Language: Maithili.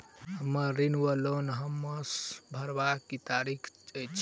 हम्मर ऋण वा लोन हरमास भरवाक की तारीख अछि?